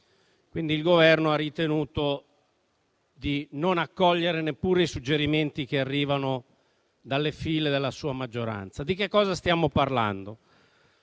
il Governo ha ritenuto di non accogliere neppure i suggerimenti che arrivano dalle file della sua maggioranza. Di che cosa stiamo parlando?